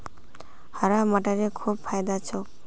हरा मटरेर खूब फायदा छोक